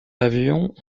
avions